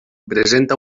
presenta